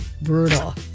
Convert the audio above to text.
brutal